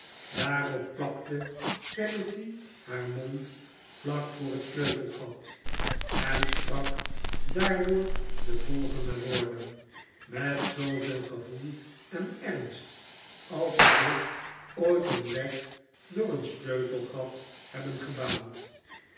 daarop plakte peggotty haar mond vlak voor het sleutelgat en sprak daardoor de volgende woorden met zooveel gevoel en ernst als er zich ooit een weg door een sleutelgat hebben gebaand